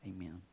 Amen